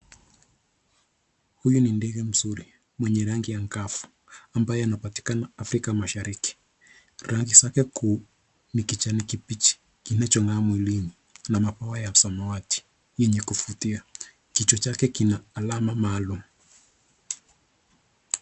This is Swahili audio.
Huyu ni ndege mzuri mwenye rangi angavu ambaye anapatikana Afrika Mashariki. Rangi zake kuu ni kijani kibichi kinachong'aa mwilini na mapua ya samawati yenye kuvutia. Kichwa chake kina alama maalum.